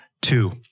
Two